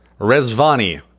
Resvani